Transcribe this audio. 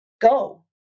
go